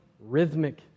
rhythmic